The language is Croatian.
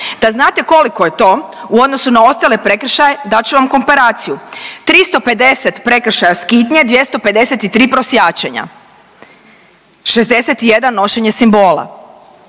Da znate koliko je to u odnosu na ostale prekršaje dat ću vam komparaciju. 350 prekršaja skitnje, 253 prosjačenja. 61 nošenje simbola.